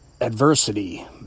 adversity